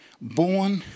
born